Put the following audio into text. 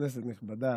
כנסת נכבדה,